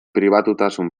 pribatutasun